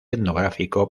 etnográfico